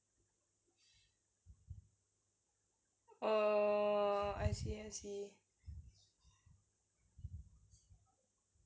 oh I see I see